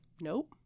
Nope